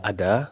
Ada